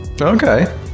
Okay